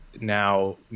now